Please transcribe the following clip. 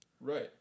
Right